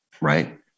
right